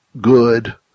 good